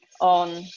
on